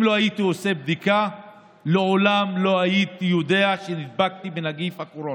אם לא הייתי עושה בדיקה לעולם לא הייתי יודע שנדבקתי בנגיף הקורונה,